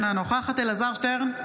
אינה נוכחת אלעזר שטרן,